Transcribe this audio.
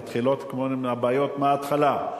מתחילות כל מיני בעיות מהתחלה.